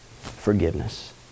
forgiveness